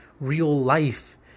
real-life